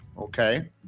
okay